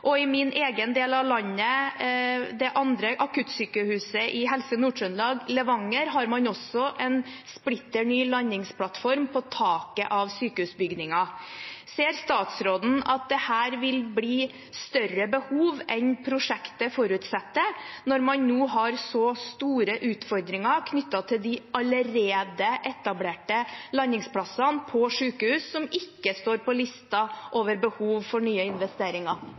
Og i min egen del av landet: På det andre akuttsykehuset i Helse Nord-Trøndelag, Levanger, har man også en splitter ny landingsplattform på taket av sykehusbygningen. Ser statsråden at det her vil bli større behov enn prosjektet forutsetter, når man nå har så store utfordringer knyttet til de allerede etablerte landingsplassene på sykehus – som ikke står på lista over behov for nye investeringer?